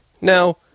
Now